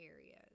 areas